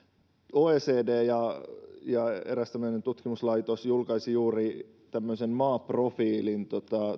oecd ja ja eräs tutkimuslaitos julkaisivat juuri tämmöisen maaprofiilin